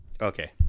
okay